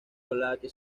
college